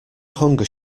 hunger